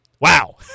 Wow